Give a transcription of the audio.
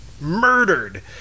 murdered